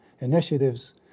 initiatives